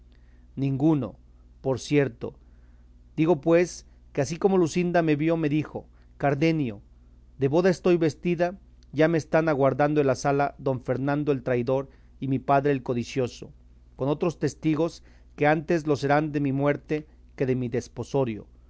ninguno por cierto digo pues que así como luscinda me vio me dijo cardenio de boda estoy vestida ya me están aguardando en la sala don fernando el traidor y mi padre el codicioso con otros testigos que antes lo serán de mi muerte que de mi desposorio